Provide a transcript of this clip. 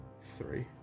three